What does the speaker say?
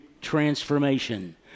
transformation